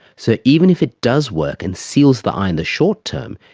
so even if it does work and seals the eye in the short term,